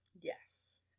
Yes